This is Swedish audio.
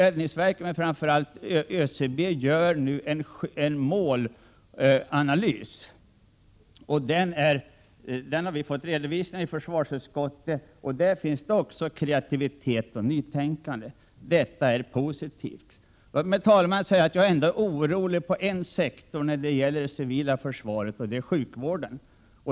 ÖCB arbetar med en måloch riskanalys som delvis redan har redovisats i försvarsutskottet, och där finns kreativitet och nytänkande. Detta är positivt. Låt mig, herr talman, säga att jag ändå är orolig när det gäller en sektor inom det civila försvaret, och det är sjukvården.